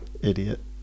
idiot